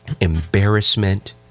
embarrassment